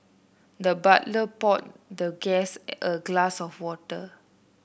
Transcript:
the butler poured the guest a glass of water